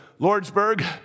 Lordsburg